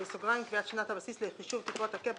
(קביעת שנת הבסיס לחישוב תקרות הקאפ